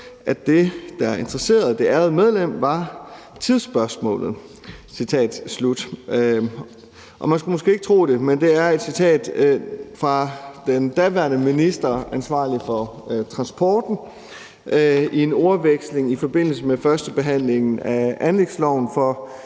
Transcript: at det, der interesserede det ærede medlem, var tidsspørgsmålet ...« Man skulle måske ikke tro det, men det er et citat fra den daværende minister, der var ansvarlig for transporten, i en ordveksling i forbindelse med førstebehandlingen af anlægsloven for